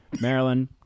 Maryland